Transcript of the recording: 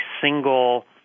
single